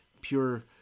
pure